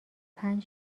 پنج